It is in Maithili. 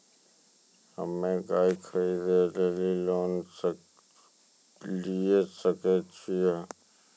हम्मे गाय खरीदे लेली लोन लिये सकय छियै?